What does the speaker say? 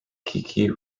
keke